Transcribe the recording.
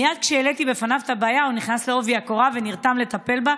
מייד כשהעליתי בפניו את הבעיה הוא נכנס בעובי הקורה ונרתם לטפל בה,